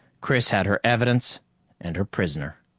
chris had her evidence and her prisoner.